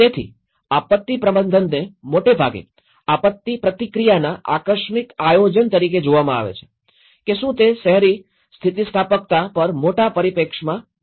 તેથી આપત્તિ પ્રબંધનને મોટે ભાગે આપત્તિ પ્રતિક્રિયાના આકસ્મિક આયોજન તરીકે જોવામાં આવે છે કે શું તે શહેરી સ્થિતિસ્થાપકતા પર મોટા પરિપ્રેક્ષ્યમાં છે